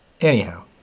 Anyhow